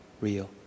real